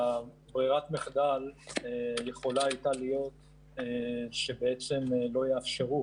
ברירת המחדל יכולה הייתה להיות שלא יאפשרו